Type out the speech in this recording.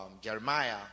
Jeremiah